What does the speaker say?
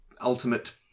ultimate